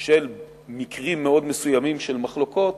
כלשהו למקרים מאוד מסוימים של מחלוקות,